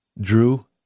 Drew